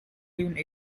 live